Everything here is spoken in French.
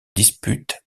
dispute